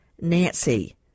nancy